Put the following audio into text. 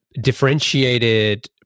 differentiated